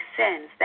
sins